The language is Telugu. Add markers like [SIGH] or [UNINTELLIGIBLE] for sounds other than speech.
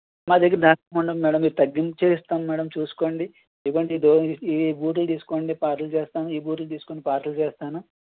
మా దగ్గర [UNINTELLIGIBLE] ఉన్నాయి మ్యాడమ్ మేం తగ్గించే ఇస్తాం మ్యాడమ్ చూస్కోండి లేదంటే [UNINTELLIGIBLE] ఈ బూట్లు తీసుకోండి పార్సల్ చేస్తాను ఈ బూట్లు తీసుకోండి పార్సల్ చేస్తాను